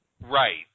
Right